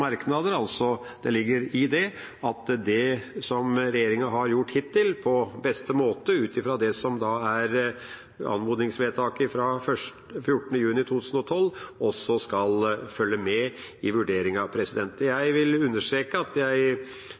merknader» – ligger det i det at det som regjeringa har gjort hittil, på beste måte ut fra det som er anmodningsvedtaket fra 14. juni 2012, også skal følge med i vurderingen. Jeg vil understreke at